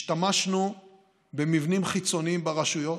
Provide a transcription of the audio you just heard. השתמשנו במבנים חיצוניים ברשויות,